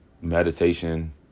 meditation